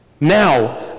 Now